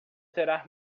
será